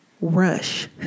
Rush